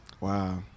Wow